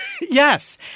Yes